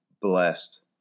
blessed